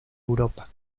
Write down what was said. europa